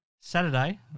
Saturday